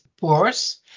pores